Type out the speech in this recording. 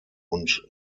und